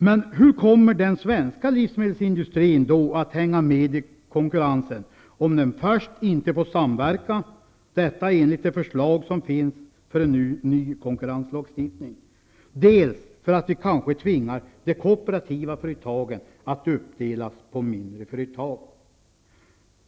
Men hur kommer den svenska livsmedelsindustrin att kunna hänga med i konkurrensen om den inte får samverka -- detta enligt det förslag som förts fram om en ny konkurrenslagstiftning -- och om vi kanske tvingar de kooperativa företagen att dela upp sig på mindre företag?